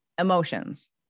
Emotions